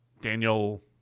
Daniel